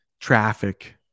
traffic